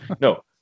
No